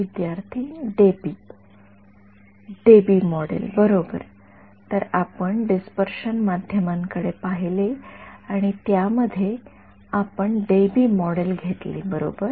विद्यार्थीः Debye Debye model बरोबर तर आपण डिस्पर्शन माध्यमांकडे पाहिले आणि त्यामध्ये आपण डेबी मॉडेल घेतले बरोबर